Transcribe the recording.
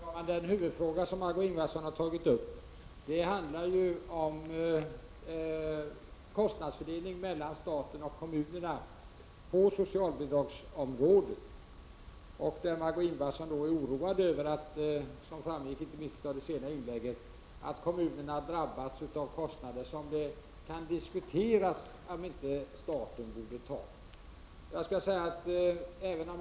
Fru talman! Den huvudfråga som Margö Ingvardsson har tagit upp handlar om kostnadsfördelningen mellan staten och kommunerna på socialbidragsområdet. Margö Ingvardsson är oroad, vilket framgick inte minst av det senare inlägget, över att kommunerna drabbas av kostnader som det kan diskuteras om inte staten borde ta.